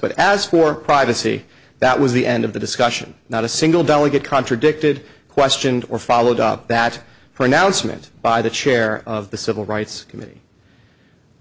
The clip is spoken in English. but as for privacy that was the end of the discussion not a single delegate contradicted question or followed up that pronouncement by the chair of the civil rights committee